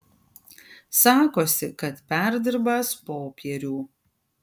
sakosi kad perdirbąs popierių